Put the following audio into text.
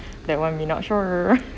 that [one] may not sure